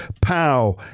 pow